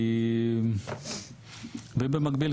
ובמקביל,